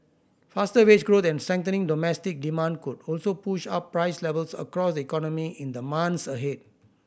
faster wage growth and strengthening domestic demand could also push up price levels across the economy in the months ahead